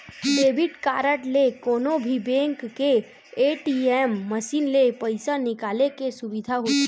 debit card ले कोनो भी बेंक के ए.टी.एम मसीन ले पइसा निकाले के सुबिधा होथे